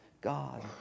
God